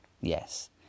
Yes